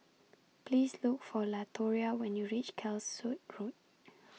Please Look For Latoria when YOU REACH Calshot Road